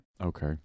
Okay